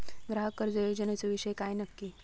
ग्राहक कर्ज योजनेचो विषय काय नक्की?